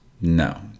no